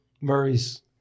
Murray's